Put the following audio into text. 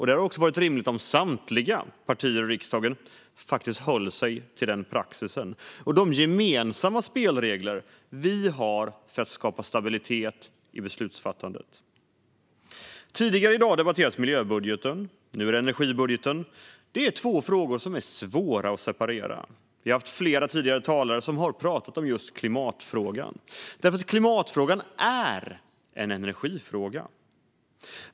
Det hade varit rimligt om samtliga partier i riksdagen hållit sig till den praxisen och de gemensamma spelregler vi har för att skapa stabilitet i beslutsfattandet. Tidigare i dag debatterades miljöbudgeten. Nu är det energibudgeten. Det är två frågor som är svåra att separera. Vi har haft flera tidigare talare som pratat om just klimatfrågan. Det beror på att klimatfrågan är en energifråga.